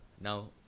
Now